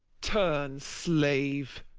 turn, slave,